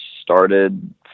started